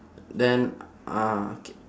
then uh K